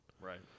Right